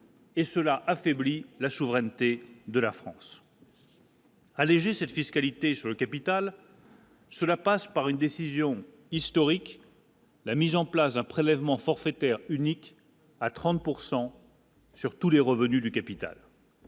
Et cela affaiblit la souveraineté de la France. Alléger cette fiscalité sur le capital. Cela passe par une décision historique. La mise en place d'un prélèvement forfaitaire unique à 30 pourcent. Surtout, les revenus du capital.